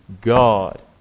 God